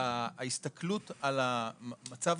ההסתכלות על המצב